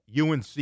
UNC